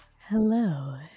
Hello